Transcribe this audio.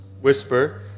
whisper